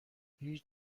هیچ